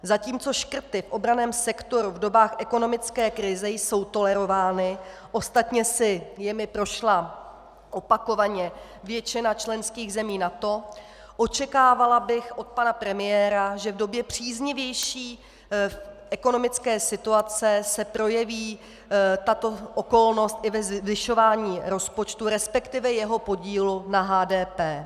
Zatímco škrty v obranném sektoru v dobách ekonomické krize jsou tolerovány, ostatně si jimi prošla opakovaně většina členských zemí NATO, očekávala bych od pana premiéra, že v době příznivější ekonomické situace se projeví tato okolnost i ve zvyšování rozpočtu, resp. jeho podílu na HDP.